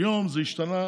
היום זה השתנה.